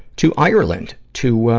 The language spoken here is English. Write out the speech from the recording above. to ireland to,